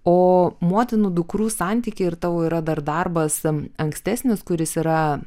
o motinų dukrų santykiai ir tavo yra dar darbas ankstesnis kuris yra